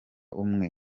umwe